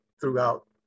throughout